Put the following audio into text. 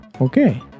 Okay